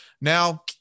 now